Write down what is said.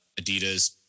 Adidas